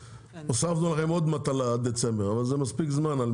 הוספנו לכם עוד מטלה עד דצמבר, אבל זה מספיק זמן.